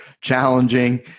challenging